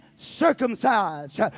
circumcised